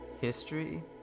history